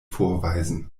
vorweisen